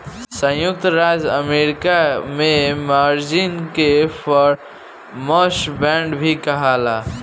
संयुक्त राज्य अमेरिका में मार्जिन के परफॉर्मेंस बांड भी कहाला